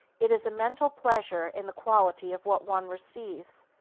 it is a mental pleasure in the quality of what one receives,